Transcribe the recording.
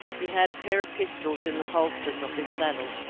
he had a pair of pistols in the holsters of his saddle,